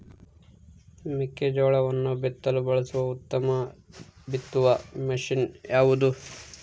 ಮೆಕ್ಕೆಜೋಳವನ್ನು ಬಿತ್ತಲು ಬಳಸುವ ಉತ್ತಮ ಬಿತ್ತುವ ಮಷೇನ್ ಯಾವುದು?